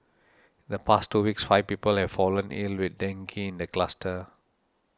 the past two weeks five people have fallen ill with dengue in the cluster